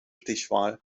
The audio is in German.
stichwahl